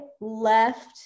left